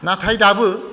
नाथाय दाबो